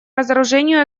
разоружению